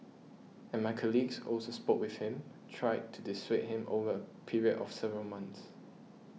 and my colleagues also spoke with him tried to dissuade him over a period of several months